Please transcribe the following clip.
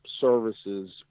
services